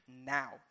now